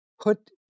put